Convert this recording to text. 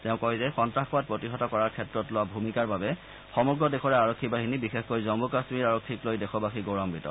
তেওঁ কয় যে সন্তাসবাদ প্ৰতিহত কৰাৰ ক্ষেত্ৰত লোৱা ভূমিকাৰ বাবে সমগ্ৰ দেশৰে আৰক্ষী বাহিনী বিশেষকৈ জম্মু কাশ্মীৰ আৰক্ষীক লৈ দেশৱাসী গৌৰৱান্নিত